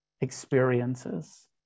experiences